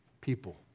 people